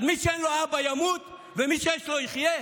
אז מי שאין לו אבא ימות ומי שיש לו יחיה?